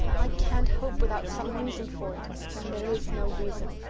i can't hope without some reason for it and there is no reason.